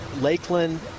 Lakeland